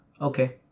Okay